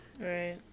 Right